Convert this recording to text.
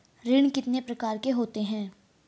ऋण कितने प्रकार के होते हैं?